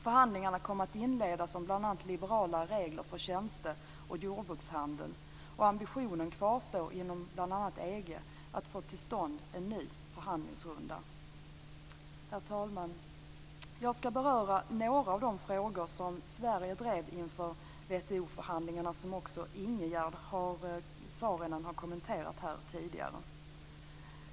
Förhandlingarna kommer att inledas om bl.a. liberalare regler för tjänste och jordbrukshandel. Ambitionen kvarstår inom bl.a. EG att få till stånd en ny förhandlingsrunda. Herr talman! Jag ska beröra några av de frågor som Sverige drev inför WTO-förhandlingarna och som också Ingegerd Saarinen har kommenterat tidigare.